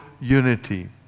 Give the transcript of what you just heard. unity